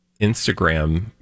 Instagram